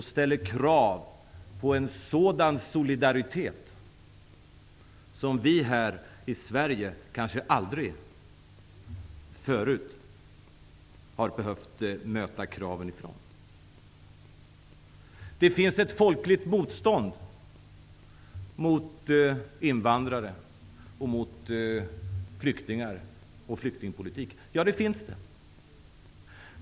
Den ställer krav på en sådan solidaritet som vi här i Sverige kanske aldrig behövt möta förut. Det finns ett folkligt motstånd mot invandrare, flyktingar och flyktingpolitik. Det finns det.